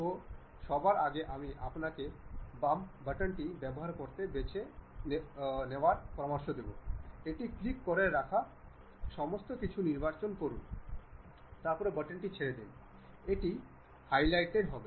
তো সবার আগে আমি আপনাকে বাম বাটনটি ব্যবহার করতে বেছে নিয়েছি ক্লিক করে রাখা সমস্ত কিছু নির্বাচন করুন তারপরে বাটনটি ছেড়ে দিন এটি হাইলাইটেড হবে